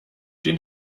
dem